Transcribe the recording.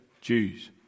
Jews